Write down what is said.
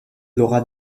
laura